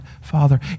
Father